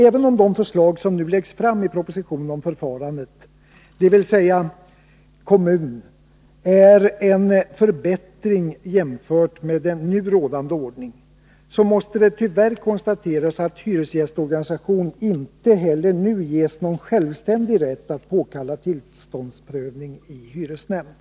Även om de förslag som nu läggs fram i propositionen om förfarandet, dvs. när det gäller kommun, är en förbättring jämfört med den nu rådande ordningen, måste det tyvärr konstateras att hyresgästorganisation inte heller nu ges någon självständig rätt att påkalla tillståndsprövning i hyresnämnd.